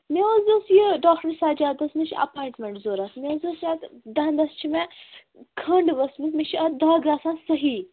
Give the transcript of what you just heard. مےٚ حظ اوس یہِ ڈاکٹر سجادَس نِش ایپواینٛٹمٮ۪نٛٹ ضروٗرتھ مےٚ حظ ٲسۍ یَتھ دَنٛدَس چھِ مےٚ کھٔنٛڈۍ ؤژھمٕژ مےٚ چھِ اَتھ دَگ آسان صحیح